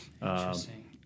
Interesting